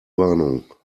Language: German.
warnung